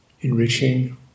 enriching